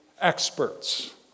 experts